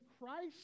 Christ